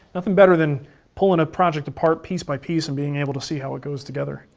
nothing better than pulling a project apart, piece by piece, and being able to see how it goes together.